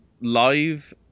live